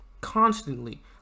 constantly